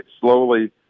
slowly